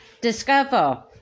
Discover